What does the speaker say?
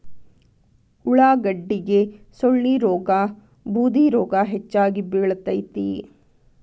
ಉಳಾಗಡ್ಡಿಗೆ ಸೊಳ್ಳಿರೋಗಾ ಬೂದಿರೋಗಾ ಹೆಚ್ಚಾಗಿ ಬಿಳತೈತಿ